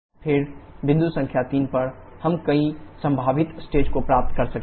फिर बिंदु संख्या 3 पर हम कई संभावित स्टेट को प्राप्त कर सकते हैं